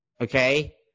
Okay